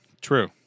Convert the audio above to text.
true